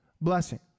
blessing